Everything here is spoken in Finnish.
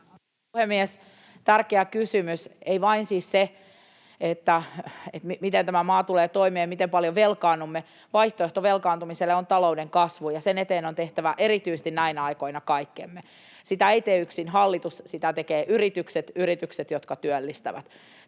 puhemies! Tärkeä kysymys, ei siis vain se, miten tämä maa tulee toimeen ja miten paljon velkaannumme. Vaihtoehto velkaantumiselle on talouden kasvu, ja sen eteen meidän on tehtävä erityisesti näinä aikoina kaikkemme. Sitä ei tee yksin hallitus, vaan sitä tekevät yritykset — yritykset, jotka työllistävät.